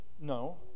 No